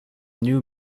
new